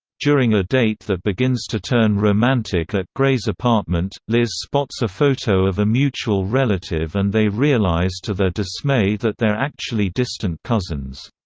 during a date that begins to turn romantic at gray's apartment, liz spots a photo of a mutual relative and they realize to their dismay that they're actually distant cousins.